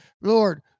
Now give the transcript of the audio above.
Lord